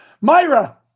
Myra